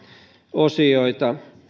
osioita